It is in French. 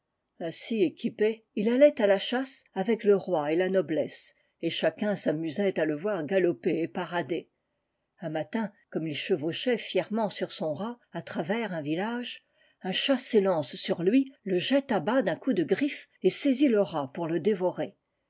ainsi équipé il allait à la chasse avec le roi et la noblesse et chacun s'amusait à le voir galoper et parader un matin comme il chevauchait fièrement sur son rat à travers un village un chat s'élance sur lui le jette à bas d'un coup de griffe et saisit le rat pour le dévorer